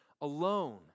alone